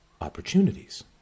opportunities